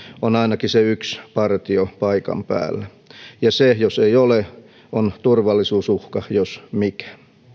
on ainakin se yksi partio paikan päällä ja se jos ei ole on turvallisuusuhka jos mikä